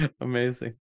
Amazing